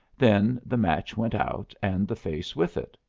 then the match went out and the face with it.